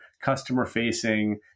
customer-facing